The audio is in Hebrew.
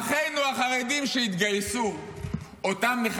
תודה רבה.